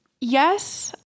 Yes